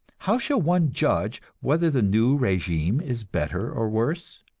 how shall one judge whether the new regime is better or worse?